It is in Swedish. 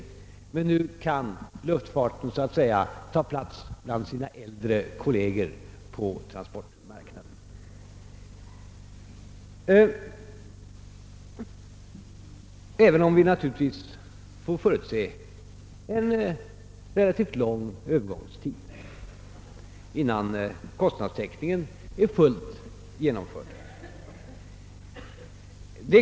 Men nu kan luftfarten så att säga ta plats bland sina äldre kolleger på transportmarknaden, även om vi naturligtvis måste förutse en relativt lång övergångstid innan kostnadstäckningen är fullt genomförd.